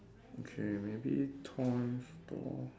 okay maybe toy store